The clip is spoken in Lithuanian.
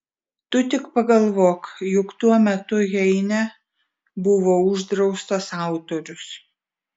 tu tik pagalvok juk tuo metu heine buvo uždraustas autorius